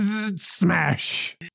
smash